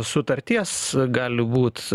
sutarties gali būt